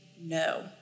no